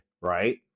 right